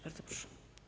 Bardzo proszę.